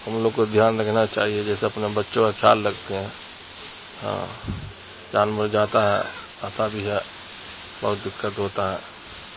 ہم لوگ کو دھیان رکھنا چاہیے جیسے اپنے بچوں کا خیال رکھتے ہیں ہاں جانور جاتا ہے آتا بھی ہے بہت دقت ہوتا ہے